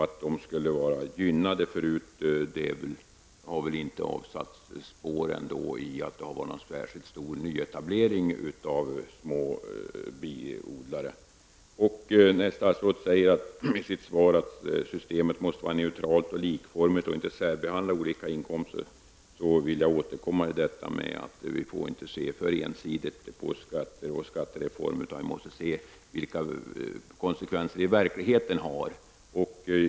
Det har väl inte varit någon särskild nyetablering av små biodlare som skulle utgöra ett tecken på att dessa skulle vara gynnade. När statsrådet säger i sitt svar att systemet måste vara neutralt och likformigt och inte särbehandla olika inkomsttagare, vill jag återkomma till att vi inte får se för ensidigt på skatter och skattereformer. Vi måste se vilka konsekvenser dessa har i verkligheten.